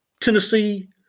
Tennessee